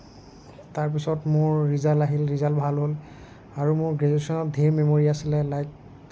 তাৰপিছত মোৰ ৰিজাল্ট আহিল ৰিজাল্ট ভাল হ'ল আৰু মোৰ গ্ৰেজুৱেচনত ধেৰ মেমৰি আছিল লাইক